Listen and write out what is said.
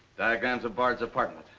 diagrams of bard's apartment.